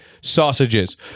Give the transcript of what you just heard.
sausages